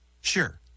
sure